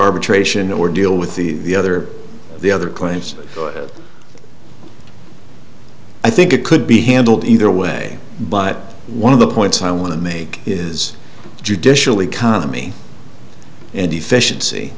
arbitration or deal with the other the other claims i think it could be handled either way but one of the points i want to make is judicially cami and efficiency